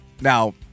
Now